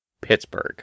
Pittsburgh